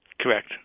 Correct